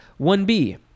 1B